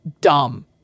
dumb